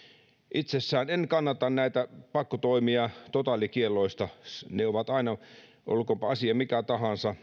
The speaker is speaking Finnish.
itsessään en kannata näitä pakkotoimia totaalikielloista ne ovat aina olkoonpa asia mikä tahansa